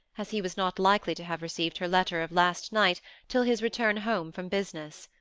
as he was not likely to have received her letter of last night till his return home from business.